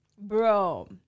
bro